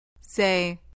Say